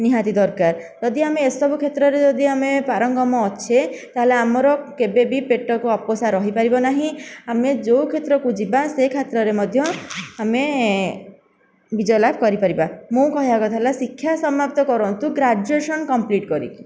ନିହାତି ଦରକାର ଯଦି ଆମେ ଏସବୁ କ୍ଷେତ୍ରରେ ଯଦି ଆମେ ପାରଙ୍ଗମ ଅଛେ ତାହେଲେ ଆମର କେବେବି ପେଟକୁ ଅପୋଷା ରହିବ ନାହିଁ ଆମେ ଯେଉଁ କ୍ଷେତ୍ରକୁ ଯିବା ସେହି କ୍ଷେତ୍ରରେ ମଧ୍ୟ ଆମେ ବିଜୟ ଲାଭ କରିପାରିବା ମୋ କହିବା କଥା ହେଲା ଶିକ୍ଷା ସମାପ୍ତ କରନ୍ତୁ ଗ୍ରାଜୁଏସନ୍ କମ୍ପ୍ଲିଟ କରିକି